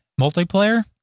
multiplayer